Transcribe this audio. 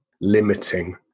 limiting